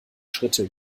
schritte